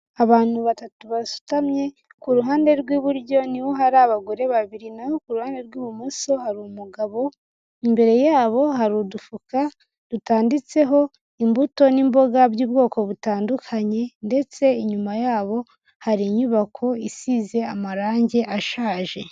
Abantu batatu basutamye, ku ruhande rw'iburyo ni ho hari abagore babiri naho ku ruhande rw'ibumoso hari umugabo, imbere yabo hari udufuka dutanditseho imbuto n'imboga by'ubwoko butandukanye ndetse inyuma yabo hari inyubako isize amarange ashaje.